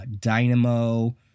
Dynamo